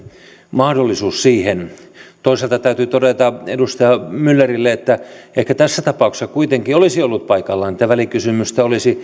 mahdollisuus siihen toisaalta täytyy todeta edustaja myllerille että ehkä tässä tapauksessa kuitenkin olisi ollut paikallaan että välikysymys olisi